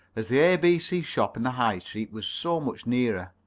as the a b c. shop in the high street was so much nearer.